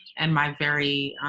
and my very,